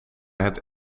het